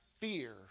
fear